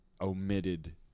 omitted